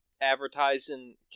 advertising